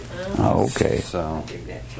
Okay